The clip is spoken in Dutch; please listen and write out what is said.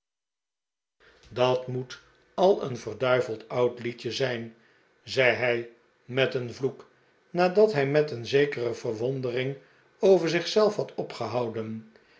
dat moet al een verduiveld oud lied j e zijn zei hij met een vloek nadat hij met een zekere verwondering over zich zelf had opgehouden